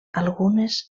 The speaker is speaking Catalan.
algunes